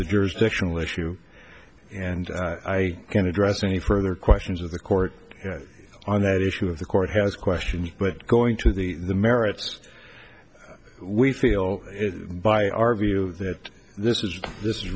the jurisdiction alicia you and i can address any further questions of the court on that issue of the court has question but going to the the merits we feel by our view that this is this is